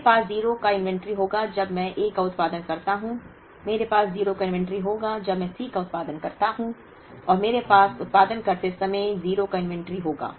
मेरे पास 0 का इन्वेंट्री होगा जब मैं A का उत्पादन करता हूं मेरे पास 0 का इन्वेंट्री होगा जब मैं C का उत्पादन करता हूं और मेरे पास उत्पादन करते समय 0 का इन्वेंट्री होगा